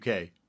UK